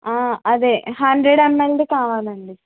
అదే హండ్రెడ్ ఎమ్ఎల్ది కావాలండి